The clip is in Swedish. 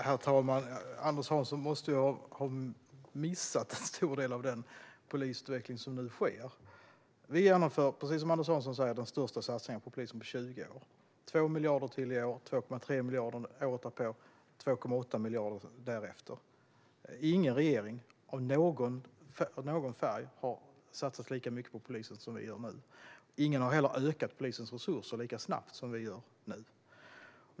Herr talman! Anders Hansson måste ha missat en stor del av den polisutveckling som nu sker. Vi genomför, precis som Anders Hansson säger, den största satsningen på polisen på 20 år. Det blir 2 miljarder till i år, 2,3 miljarder året därpå och 2,8 miljarder därefter. Ingen regering av någon färg har satsat lika mycket på polisen som vi gör nu. Ingen har heller ökat polisens resurser lika snabbt som vi gör nu.